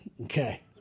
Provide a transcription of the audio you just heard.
Okay